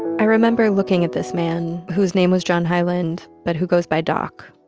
i remember looking at this man, whose name was john hyland but who goes by doc,